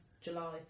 July